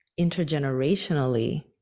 intergenerationally